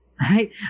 right